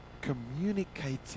communicating